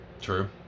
True